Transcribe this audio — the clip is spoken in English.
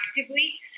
actively